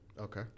okay